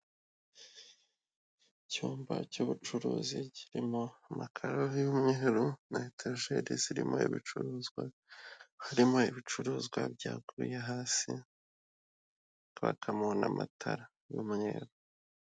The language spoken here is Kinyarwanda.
Icyumba cy'ubucuruzi kirimo amakaro y'umweru na etajeri zirimo ibicuruzwa, harimo ibicuruzwa byaguye hasi hakakamo n'amatara y'umweru.